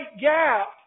gap